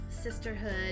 sisterhood